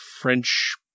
French